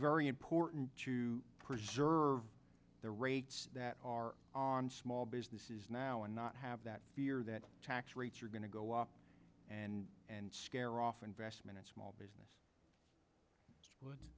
very important to preserve their rates that are on small businesses now and not have that that tax rates are going to go up and and scare off investment it small business